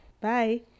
Bye